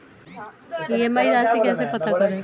EMI राशि कैसे पता करें?